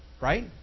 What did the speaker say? right